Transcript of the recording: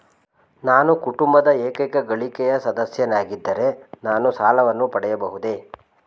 ನಾನು ಕುಟುಂಬದ ಏಕೈಕ ಗಳಿಕೆಯ ಸದಸ್ಯನಾಗಿದ್ದರೆ ನಾನು ಸಾಲವನ್ನು ಪಡೆಯಬಹುದೇ?